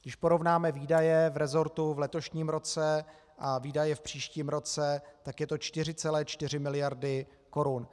Když porovnáme výdaje v rezortu v letošním roce a výdaje v příštím roce, tak je to 4,4 miliardy korun.